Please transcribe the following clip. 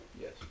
Yes